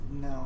no